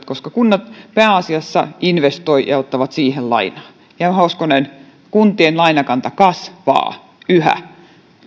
koska kunnat pääasiassa investoivat ja ottavat siihen lainaa ja hoskonen kuntien lainakanta kasvaa yhä